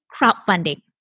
crowdfunding